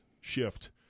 shift